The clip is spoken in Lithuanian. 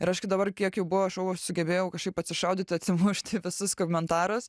ir aš kai dabar kiek jų buvo aš sugebėjau kažkaip atsišaudyti atsimušti į visus komentarus